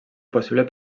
possible